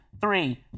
Three